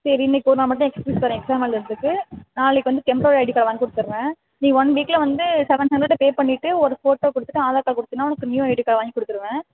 சரி இன்றைக்கி ஒரு நாள் மட்டும் எஸ்க்யூஸ் தரேன் எக்ஸாம் எழுதுகிறதுக்கு நாளைக்கு வந்து டெம்ப்ரவரி ஐடி கார்ட் வாங்கி கொடுத்துறேன் நீ ஒன் வீக்கில் வந்து சவன் ஹண்ட்ரெட் பே பண்ணிவிட்டு ஒரு ஃபோட்டோ கொடுத்துட்டு ஆதார் கார்ட் கொடுத்தீனா உனக்கு நியூ ஐடி கார்ட் வாங்கி கொடுத்துருவேன்